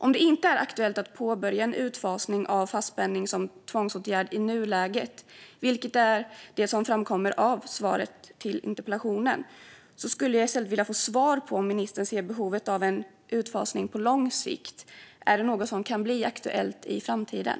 Om det inte är aktuellt att påbörja en utfasning av fastspänning som tvångsåtgärd i nuläget, vilket är det som framkommer i svaret på interpellationen, skulle jag i stället vilja få svar på om ministern ser behovet av en utfasning på lång sikt. Är det något som kan bli aktuellt i framtiden?